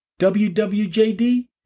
WWJD